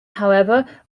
however